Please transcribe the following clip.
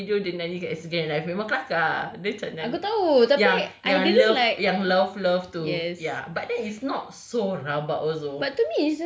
ada satu video dia nyanyi kat Instagram live memang kelakar ah dia macam nyanyi yang yang love yang love love tu but that is not so rabak also